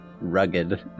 Rugged